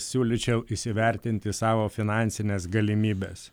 siūlyčiau įsivertinti savo finansines galimybes